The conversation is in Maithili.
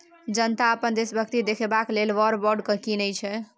जनता अपन देशभक्ति देखेबाक लेल वॉर बॉड कीनय छै